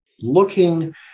looking